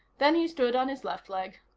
then he stood on his left leg.